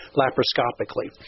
laparoscopically